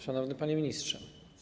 Szanowny Panie Ministrze!